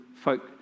folk